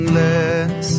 less